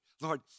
Lord